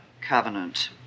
Covenant